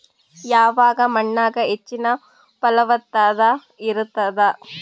ಯಾವ ಮಣ್ಣಾಗ ಹೆಚ್ಚಿನ ಫಲವತ್ತತ ಇರತ್ತಾದ?